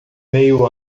meio